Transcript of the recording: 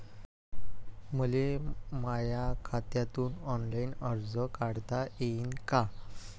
मले माया खात्यातून ऑनलाईन कर्ज काढता येईन का?